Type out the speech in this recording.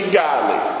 godly